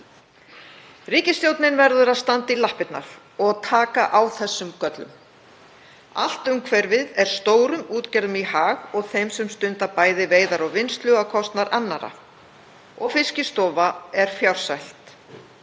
Ríkisstjórnin verður að standa í lappirnar og taka á þessum göllum. Allt umhverfið er stórum útgerðum í hag og þeim sem stunda bæði veiðar og vinnslu á kostnað annarra og Fiskistofa er fjársvelt.